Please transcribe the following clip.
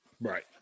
right